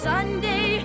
Sunday